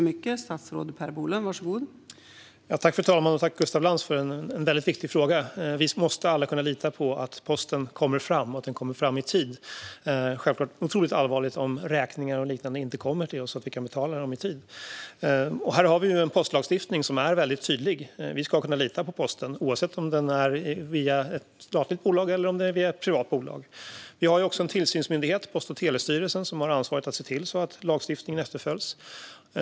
Fru talman! Tack, Gustaf Lantz, för en väldigt viktig fråga! Vi måste alla kunna lita på att posten kommer fram och att den kommer fram i tid. Självklart är det otroligt allvarligt om räkningar och liknande inte kommer till oss, så att vi kan betala dem i tid. Här har vi en postlagstiftning som är väldigt tydlig. Vi ska kunna lita på posten oavsett om den sköts av ett statligt bolag eller av ett privat bolag. Det finns också en tillsynsmyndighet, Post och telestyrelsen, som har ansvar att se till att lagstiftningen efterföljs.